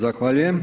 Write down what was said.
Zahvaljujem.